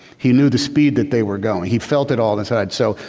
he knew the speed that they were going. he felt it all inside. so,